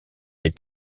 les